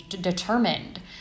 determined